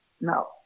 No